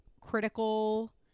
critical